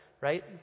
right